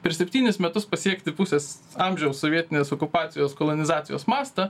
per septynis metus pasiekti pusės amžiaus sovietinės okupacijos kolonizacijos mastą